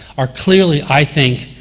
are clearly, i think,